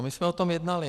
My jsme o tom jednali.